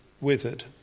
withered